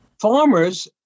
Farmers